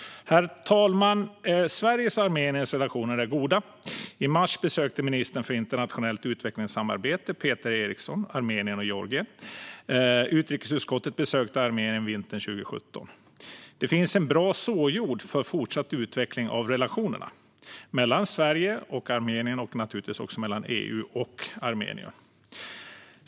Herr talman! Sveriges och Armeniens relationer är goda. I mars besökte ministern för internationellt utvecklingssamarbete, Peter Eriksson, Armenien och Georgien. Utrikesutskottet besökte Armenien vintern 2017. Det finns en bra såjord för fortsatt utveckling av relationerna mellan Sverige och Armenien och naturligtvis också mellan EU och Armenien.